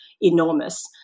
enormous